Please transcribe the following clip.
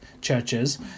churches